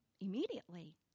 immediately